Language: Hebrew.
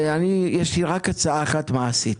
לי יש רק הצעה אחת מעשית